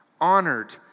Honored